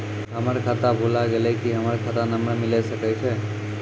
हमर खाता भुला गेलै, की हमर खाता नंबर मिले सकय छै?